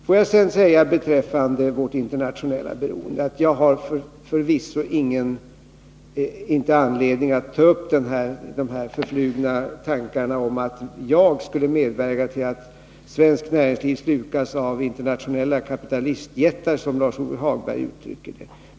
Får jag sedan beträffande vårt internationella beroende säga att jag förvisso inte har anledning att ta upp de här förflugna tankarna om att jag skulle medverka till att svenskt näringsliv slukas av internationella kapitalistjättar, som Lars-Ove Hagberg uttrycker det.